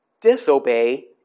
disobey